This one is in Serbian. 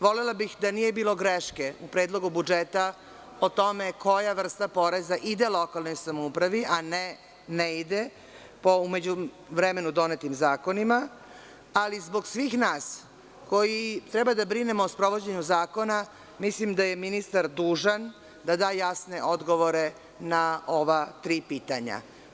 Volela bih da nije bilo greške u Predlogu budžeta o tome koja vrsta poreza ide lokalnoj samoupravi, a ne neide po u međuvremenu donetim zakonima, ali zbog svih nas koji treba da brinemo o sprovođenju zakona, mislim da je ministar dužan da da jasne odgovore na ova tri pitanja.